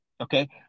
okay